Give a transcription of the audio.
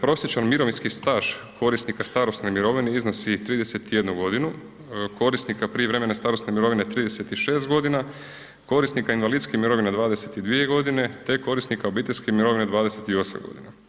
Prosječan mirovinski staž korisnika starosne mirovine iznosi 31 godinu, korisnika prijevremene starosne mirovine 36 godina, korisnika invalidske mirovine 22 godine te korisnika obiteljske mirovine 28 godina.